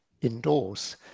indoors